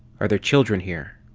are the children here?